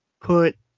put